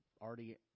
already